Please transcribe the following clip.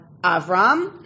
Avram